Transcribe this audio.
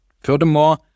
Furthermore